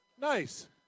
Nice